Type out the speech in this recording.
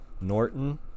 Norton